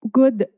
good